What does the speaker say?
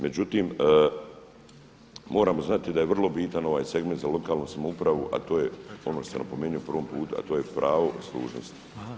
Međutim, moramo znati da je vrlo bitan ovaj segment za lokalnu samoupravu, a to je ono što sam napomenuo prvi put a to je pravo služnosti.